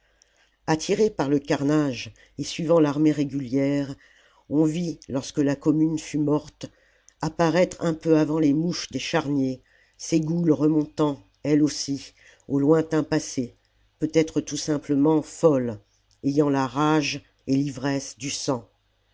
attirées par le carnage et suivant l'armée régulière on vit lorsque la commune fut morte apparaître un peu avant les mouches des charniers ces goules remontant elles aussi au lointain passé peut-être tout simplement folles ayant la rage et l'ivresse du sang